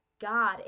God